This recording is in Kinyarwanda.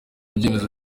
byemezo